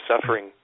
suffering